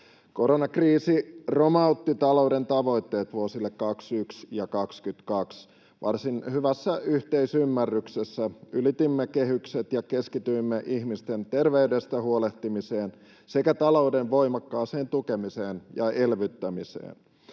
Koronakriisi romautti talouden tavoitteet vuosille 21 ja 22. Varsin hyvässä yhteisymmärryksessä ylitimme kehykset ja keskityimme ihmisten terveydestä huolehtimiseen sekä talouden voimakkaaseen tukemiseen ja elvyttämiseen.